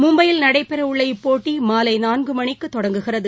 மும்பையில் நடைபெறவுள்ள இப்போட்டிமாலைநான்குமணிக்குதொடங்குகிறது